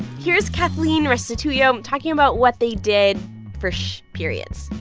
here's kathaleen restitullo talking about what they did for sssh! periods.